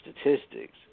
statistics